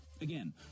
Again